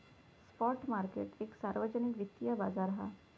spot market एक सार्वजनिक वित्तिय बाजार हा